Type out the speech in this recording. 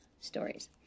stories